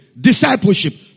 discipleship